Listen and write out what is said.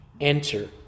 Enter